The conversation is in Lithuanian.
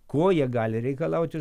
ko jie gali reikalauti